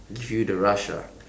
give you the rush ah